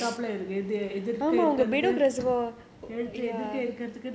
ஆமா:aama reservoir எதிர்க்கே இருக்கறது:ethirkae irukarathu